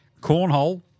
cornhole